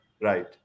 right